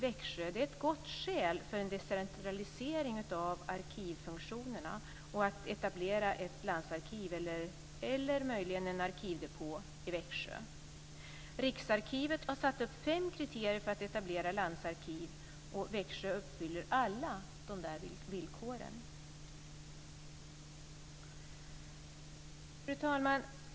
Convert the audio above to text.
Växjö är ett gott skäl för en decentralisering av arkivfunktionerna och för en etablering av ett landsarkiv eller möjligen en arkivdepå i Växjö. Riksarkivet har satt upp fem kriterier för etablering av landsarkiv och Växjö uppfyller alla. Fru talman!